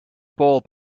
ball